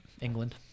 England